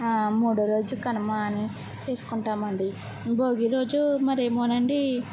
మూడో రోజు కనుమా అని చేసుకుంటామండి భోగి రోజు మరేమోనండీ